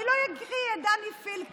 אני לא אקריא את דני פילק,